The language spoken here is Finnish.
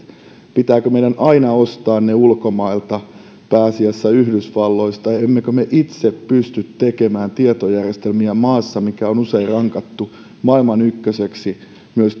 pitääkö meidän aina ostaa ne ulkomailta pääasiassa yhdysvalloista emmekö me itse pysty tekemään tietojärjestelmiä maassa mikä on usein rankattu maailman ykköseksi myös